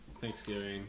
Thanksgiving